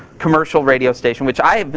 commercial radio station, which i.